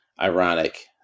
ironic